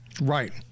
Right